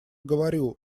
говорю